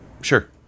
Sure